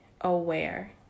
aware